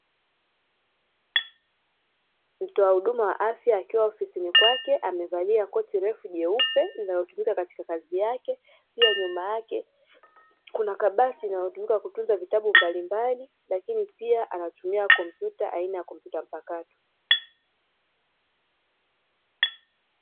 Mtoa huduma wa afya akiwa ofisini kwake amevalia koti refu jeupe linalotumika katika kazi yake, pia nyuma yake kuna kabati linalotumika kutunza vitabu mbalimbali, lakini pia anatumia kompyuta aina ya kompyuta mpakato.